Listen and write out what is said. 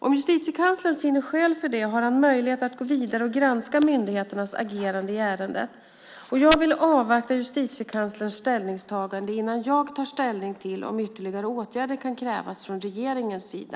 Om Justitiekanslern finner skäl för det har han möjlighet att gå vidare och granska myndigheternas agerande i ärendet. Jag vill avvakta Justitiekanslerns ställningstagande innan jag tar ställning till om ytterligare åtgärder kan krävas från regeringens sida.